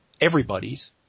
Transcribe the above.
everybody's